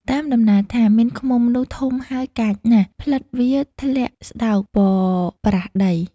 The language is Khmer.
តាមដំណាលថា មានឃ្មុំនោះធំហើយកាចណាស់ ផ្លិតវាធ្លាក់ស្តោកប៉ប្រះដី ។